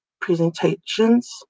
presentations